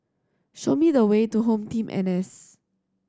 show me the way to HomeTeam N S